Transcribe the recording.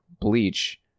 Bleach